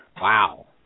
Wow